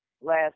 last